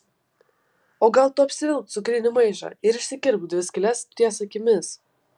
o gal tu apsivilk cukrinį maišą ir išsikirpk dvi skyles ties akimis